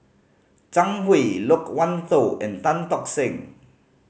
Zhang Hui Loke Wan Tho and Tan Tock Seng